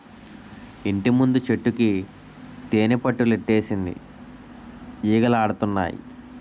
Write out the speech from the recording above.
ఇంటిముందు చెట్టుకి తేనిపట్టులెట్టేసింది ఈగలాడతన్నాయి